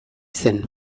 zen